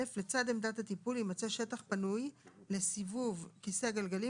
(א)לצד עמדת הטיפול יימצא שטח פנוי לסיבוב כיסא גלגלים